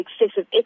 excessive